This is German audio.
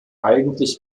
eigentlich